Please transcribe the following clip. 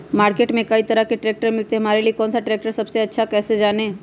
Market में कई तरह के ट्रैक्टर मिलते हैं हमारे लिए कौन सा ट्रैक्टर सबसे अच्छा है कैसे जाने?